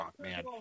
man